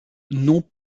non